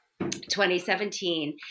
2017